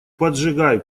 поджигай